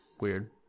Weird